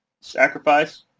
Sacrifice